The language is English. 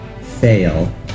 fail